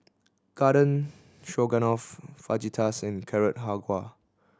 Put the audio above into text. Garden Stroganoff Fajitas and Carrot Halwa